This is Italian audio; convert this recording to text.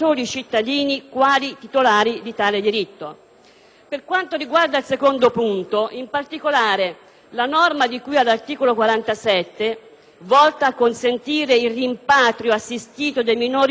Per quanto riguarda il secondo punto, la norma di cui all'articolo 47 - volta a consentire il rimpatrio assistito dei minori comunitari che esercitano la prostituzione